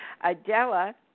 Adela